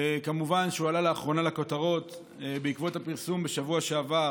כמובן שהוא עלה לאחרונה לכותרות בעקבות הפרסום בשבוע שעבר